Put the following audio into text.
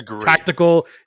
tactical